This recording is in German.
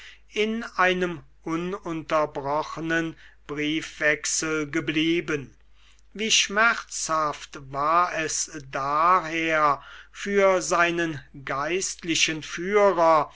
in einem ununterbrochenen briefwechsel geblieben wie schmerzhaft war es daher für seinen geistlichen führer